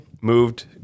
moved